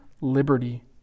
liberty